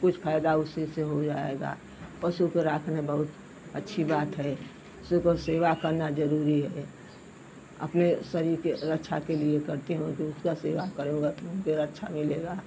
कुछ फायदा उसी से हो जाएगा पशु के रखना बहुत अच्छी बात है शु क सेवा करना जरूरी है अपने शरीर के रक्षा के लिए करती हूँ कि उसका सेवा करूंगा तो मुझे रक्षा मिलेगा